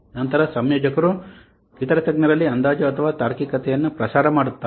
ನಂತರ ಸಂಯೋಜಕನು ಇತರ ತಜ್ಞರಲ್ಲಿ ಅಂದಾಜು ಅಥವಾ ತಾರ್ಕಿಕತೆಯನ್ನು ಪ್ರಸಾರ ಮಾಡುತ್ತಾನೆ